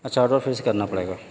اچھا آڈر پھر سے کرنا پڑے گا